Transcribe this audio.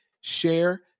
share